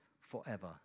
forever